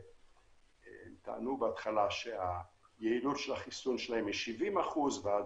שהם טענו בהתחלה שהיעילות של החיסון שלהם היא 70% ואז